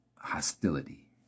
Hostility